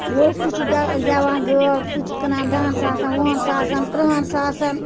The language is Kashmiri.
ووٚژھ تہِ چھُ گایہِ زیٚوان گٲو سُہ چھ کٕنان دَہَن ساسَن وُہَن ساسَن ترٕہَن ساسَن